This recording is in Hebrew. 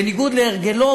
בניגוד להרגלו,